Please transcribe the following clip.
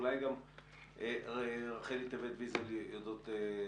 ואולי גם רחלי טבת יודעת להגיד.